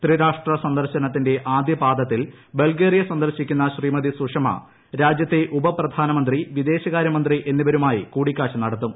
തിരാഷ്ട്ര സന്ദർശനത്തിന്റെ ആദ്യ പാദത്തിൽ ബൾഗേറിയ സ്ന്ദർശിക്കുന്ന ശ്രീമതി സുഷമ രാജ്യത്തെ ഉപപ്രധാന് മൂക്ക്ത് വിദേശകാര്യമന്ത്രി എന്നിവരുമായി കൂടിക്കാഴ്ച നടത്തും